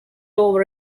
over